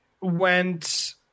went